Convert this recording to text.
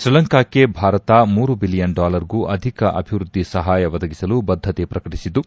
ಶ್ರೀಲಂಕಾಕ್ಕೆ ಭಾರತ ಮೂರು ಬಿಲಿಯನ್ ಡಾಲರ್ಗೂ ಅಧಿಕ ಅಭಿವೃದ್ದಿ ಸಹಾಯ ಒದಗಿಸಲು ಬದ್ದತೆ ಪ್ರಕಟಿಸಿದ್ದು